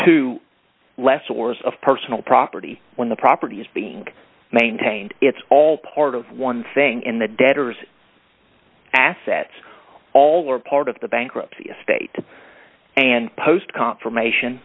to left source of personal property when the property is being maintained it's all part of one thing in the debtor's assets all or part of the bankruptcy estate and post confirmation